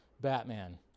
Batman